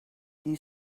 you